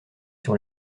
sur